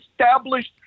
established